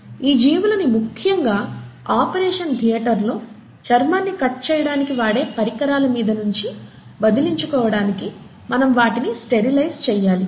ఈ జీవులని ముఖ్యంగా ఆపరేషన్ థియేటర్లో చర్మాన్ని కట్ చేయడానికి వాడే పరికరాల మీద నించి వదిలించుకోవడానికి మనం వాటిని స్టెరిలైజ్ చేయాలి